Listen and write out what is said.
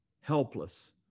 Helpless